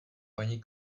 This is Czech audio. paní